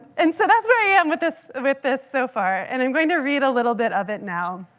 and so that's where i am with this with this so far. and i'm going to read a little bit of it now.